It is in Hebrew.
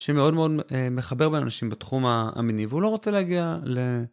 שמאוד מאוד מחבר באנשים בתחום המיני והוא לא רוצה להגיע ל...